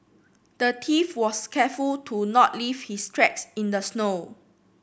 the thief was careful to not leave his tracks in the snow